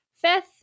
Fifth